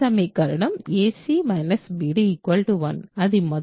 అది మొదటి సమీకరణం